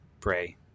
pray